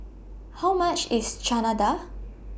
How much IS Chana Dal